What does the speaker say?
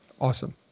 Awesome